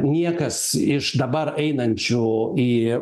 niekas iš dabar einančių į